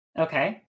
Okay